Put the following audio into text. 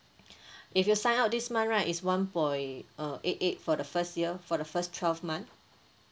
if you sign up this month right it's one point uh eight eight for the first year for the first twelve month